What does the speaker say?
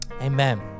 Amen